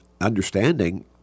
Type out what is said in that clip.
understanding